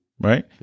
Right